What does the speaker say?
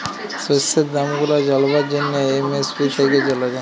শস্যের দাম গুলা জালবার জ্যনহে এম.এস.পি থ্যাইকে জালা যায়